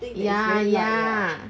ya ya